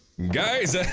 guys,